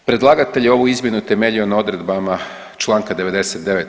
Predlagatelj je ovu izmjenu temeljio na odredbama članka 99.